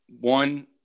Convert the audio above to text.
One